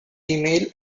email